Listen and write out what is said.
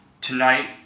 Tonight